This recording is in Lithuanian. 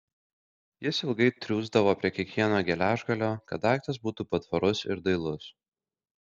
jis ilgai triūsdavo prie kiekvieno geležgalio kad daiktas būtų patvarus ir dailus